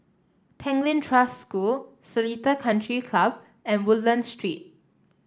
Tanglin Trust School Seletar Country Club and Woodlands Street